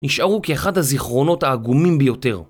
נשארו כאחד הזיכרונות העגומים ביותר